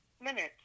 minutes